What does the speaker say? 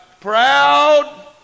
proud